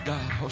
God